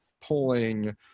pulling